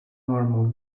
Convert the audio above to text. normal